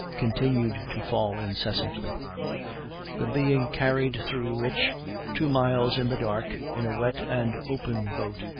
continued to fall incessantly the being carried through which two miles in the dark, in a wet and open boat,